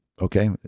okay